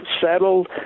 settled